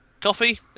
Coffee